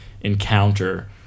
encounter